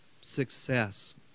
success